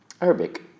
Arabic